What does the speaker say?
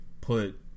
put